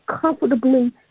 comfortably